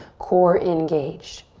core engaged.